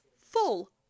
full